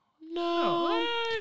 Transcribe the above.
No